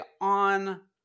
on